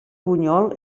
bunyol